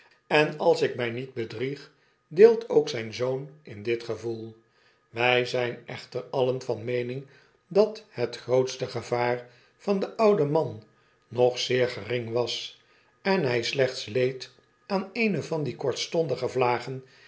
en als ik mjg niet bedrieg deelt ook zyn zoon in dit gevoel wyzynechter alien van meening dat het grootste gevaar van den ouden man nog zeer gering was en hy slechts leed aan eene van die kortstondige vlagen